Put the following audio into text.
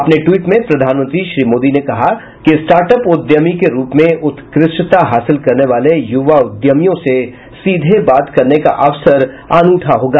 अपने ट्वीट में प्रधानमंत्री श्री मोदी ने कहा कि स्टार्टअप उद्यमी के रूप में उत्कृष्टता हासिल करने वाले युवा उद्यमियों से सीधे बात करने का अवसर अनूठा होगा